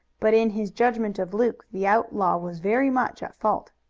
but in his judgment of luke the outlaw was very much at fault.